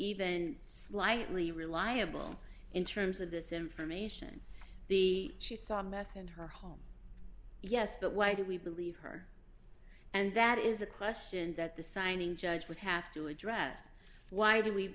even slightly reliable in terms of this information the she saw meth in her home yes but why do we believe her and that is a question that the signing judge would have to address why do we